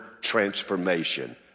transformation